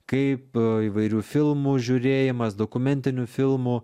kaip įvairių filmų žiūrėjimas dokumentinių filmų